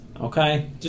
Okay